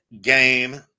game